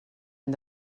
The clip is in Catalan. any